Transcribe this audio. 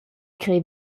crer